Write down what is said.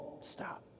stop